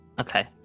Okay